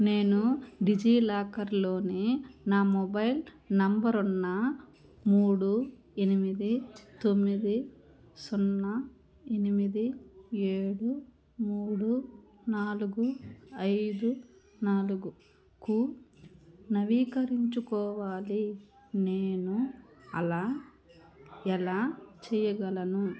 నేను డిజిలాకర్లోని నా మొబైల్ నంబర్ ఉన్న మూడు ఎనిమిది తొమ్మిది సున్నా ఎనిమిది ఏడు మూడు నాలుగు ఐదు నాలుగుకు నవీకరించుకోవాలి నేను అలా ఎలా చెయ్యగలను